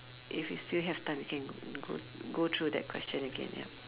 if we still have time we can go go through that question again